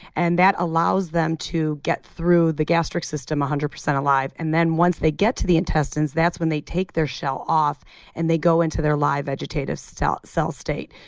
and that allows them to get through the gastric system one hundred percent alive. and then once they get to the intestines, that's when they take their shell off and they go into their live vegetative cell cell state.